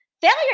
Failure